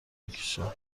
میکشند